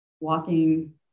walking